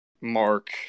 mark